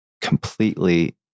completely